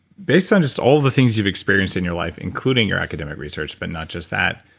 based on just all the things you've experienced in your life, including your academic research but not just that,